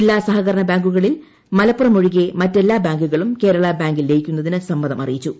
ജില്ലാ സഹകരണ ബാങ്കുകളിൽ മലപ്പുറം ഒഴികെ മറ്റെല്ലാ ബാങ്കുകളും കേരള ബാങ്കിൽ ലയിക്കുന്നതിന് സമ്മതം അറിയിച്ചു